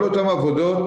כל אותן עבודות